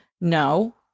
No